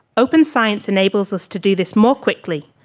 open science enables us to do this more quickly.